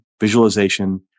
visualization